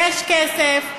יש כסף.